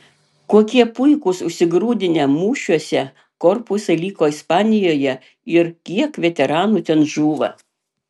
kokie puikūs užsigrūdinę mūšiuose korpusai liko ispanijoje ir kiek veteranų ten žūva